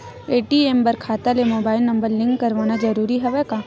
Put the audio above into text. ATM बर खाता ले मुबाइल नम्बर लिंक करवाना ज़रूरी हवय का?